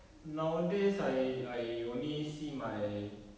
nowadays I I only see my